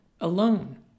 alone